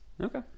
okay